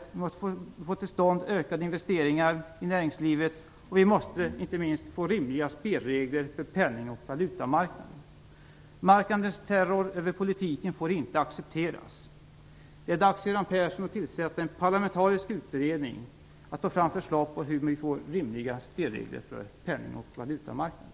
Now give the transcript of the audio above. Vi måste få till stånd ökade investeringar i näringslivet, och vi måste inte minst få rimliga spelregler för penning och valutamarknaden. Marknadens terror över politiken får inte accepteras. Det är dags för Göran Persson att tillsätta en parlamentarisk utredning för att ta fram förslag till hur vi får rimliga spelregler för penning och valutamarknaden.